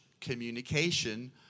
communication